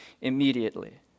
immediately